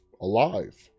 alive